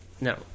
No